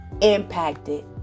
impacted